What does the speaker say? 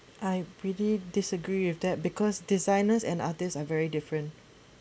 I really disagree with that because designers and artists are very different